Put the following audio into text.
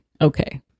Okay